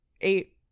eight